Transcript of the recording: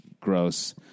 gross